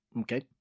Okay